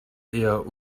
eher